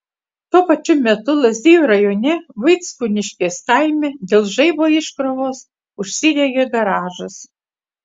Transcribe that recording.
tuo pačiu metu lazdijų rajone vaickūniškės kaime dėl žaibo iškrovos užsidegė garažas